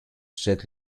set